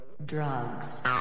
Drugs